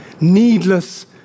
Needless